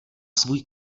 svůj